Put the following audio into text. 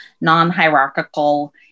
non-hierarchical